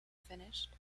finished